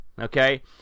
okay